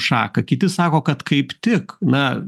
šaką kiti sako kad kaip tik na